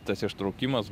tas ištraukimas